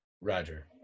Roger